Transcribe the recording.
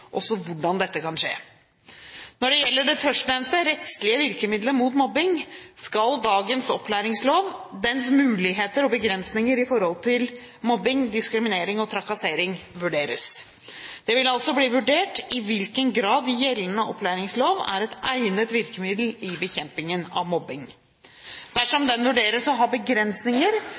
også hvordan dette kan skje. Når det gjelder det førstnevnte, rettslige virkemidler mot mobbing, skal dagens opplæringslov, dens muligheter og begrensninger i forhold til mobbing, diskriminering og trakassering, vurderes. Det vil altså bli vurdert i hvilken grad gjeldende opplæringslov er et egnet virkemiddel i bekjempelsen av mobbing. Dersom den vurderes å ha begrensninger,